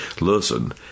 Listen